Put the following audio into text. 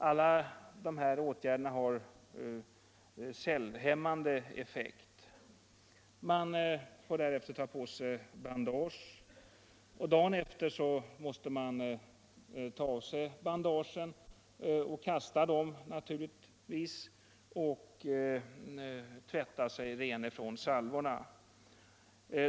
Alla de här åtgärderna har cellhämmande effekt. Man får därefter ta på sig bandage, och dagen efter måste man ta av sig bandagen och kasta dem naturligtvis samt tvätta sig ren från salvorna.